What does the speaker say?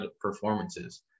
performances